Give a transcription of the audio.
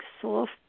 soft